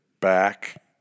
back